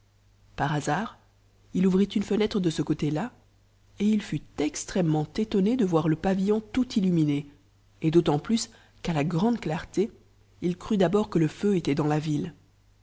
par hasard il ouvrit une fenêtre de ce côté la et il fut extrêmement étonné de voir le pavitfon tout illuminé et d'autant plus qu'à la grande clarté il crut d'abord que le feu était dans la ville